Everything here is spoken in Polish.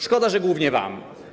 Szkoda, że głównie wam.